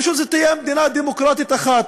שזו תהיה מדינה דמוקרטית אחת,